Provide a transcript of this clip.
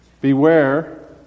beware